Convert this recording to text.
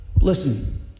Listen